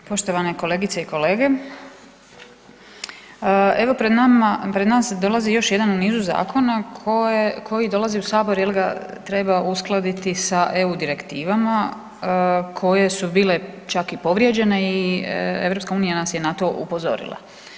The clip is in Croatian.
Poštovane kolegice i kolege, evo pred nama, pred nas dolazi još jedan u nizu zakona koje, koji dolazi u saboru jel ga treba uskladiti sa EU direktivama koje su bile čak i povrijeđene i EU nas je na to upozorila.